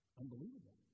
unbelievable